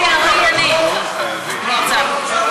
רבותי,